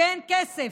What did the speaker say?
שאין כסף.